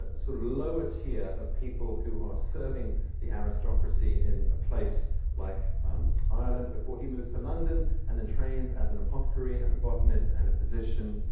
sort of lower tier of people who are serving the aristocracy in a place like ireland, before he moves to london, and then trains as an apothecary, and a botanist, and a physician,